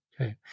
Okay